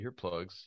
earplugs